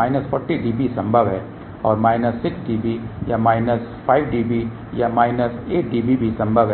minus 40 dB संभव है और माइनस 6 dB या माइनस 5 dB या माइनस 8 dB भी संभव है